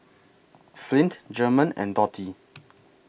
Flint German and Dottie